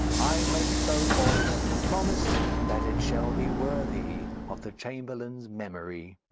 i make so bold as to promise that it shall be worthy of the chamberlain's memory.